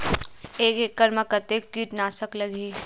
एक एकड़ कतेक किट नाशक लगही?